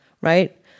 right